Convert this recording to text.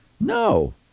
No